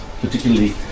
particularly